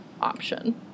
option